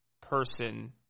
person